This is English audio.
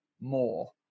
more